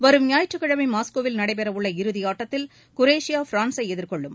வரும் ஞாயிற்றுக்கிழமை மாஸ்கோவில் நடைபெறவுள்ள இறுதியாட்டத்தில் குரேஷியா பிரான்ஸை எதிர்கொள்ளும்